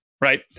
right